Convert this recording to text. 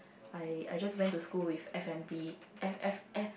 I I just went to school with F and B_F_F F